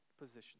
position